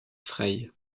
frey